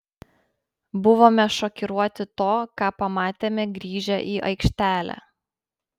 buvome šokiruoti to ką pamatėme grįžę į aikštelę